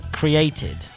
created